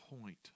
point